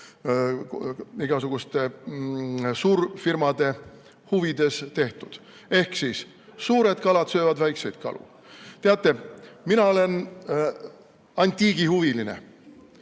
igasuguste suurfirmade huvides tehtud. Ehk siis suured kalad söövad väikseid kalu. Teate, mina ajaloolasena olen antiigihuviline,